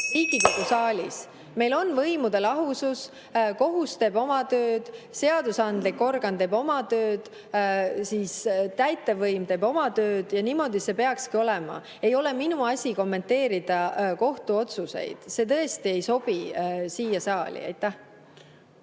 Riigikogu saalis. Meil on võimude lahusus. Kohus teeb oma tööd, seadusandlik organ teeb oma tööd ja täitevvõim teeb oma tööd. Niimoodi see peakski olema. Ei ole minu asi kommenteerida kohtuotsuseid, see tõesti ei sobi siia saali. See